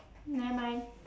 never mind